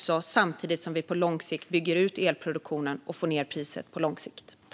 Samtidigt bygger vi ut elproduktionen och får ned priset på lång sikt.